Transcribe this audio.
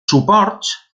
suports